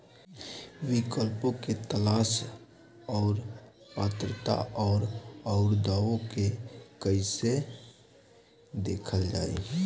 विकल्पों के तलाश और पात्रता और अउरदावों के कइसे देखल जाइ?